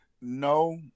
No